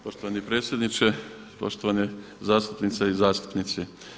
Poštovani predsjedniče, poštovane zastupnice i zastupnici.